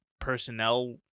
personnel